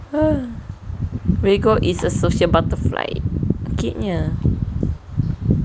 virgo is a social butterfly cutenya